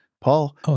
Paul